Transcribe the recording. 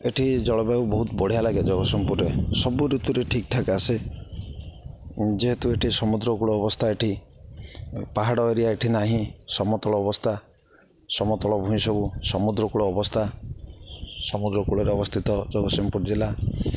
ଏଠି ଜଳବାୟୁ ବହୁତ ବଢ଼ିଆ ଲାଗେ ଜଗତସିଂହପୁରରେ ସବୁ ଋତୁରେ ଠିକ୍ଠାକ୍ ଆସେ ଯେହେତୁ ଏଠି ସମୁଦ୍ରକୂଳ ଅବସ୍ଥା ଏଠି ପାହାଡ଼ ଏରିଆ ଏଠି ନାହିଁ ସମତଳ ଅବସ୍ଥା ସମତଳ ଭୂଇଁ ସବୁ ସମୁଦ୍ରକୂଳ ଅବସ୍ଥା ସମୁଦ୍ରକୂଳରେ ଅବସ୍ଥିତ ଜଗତସିଂହପୁର ଜିଲ୍ଲା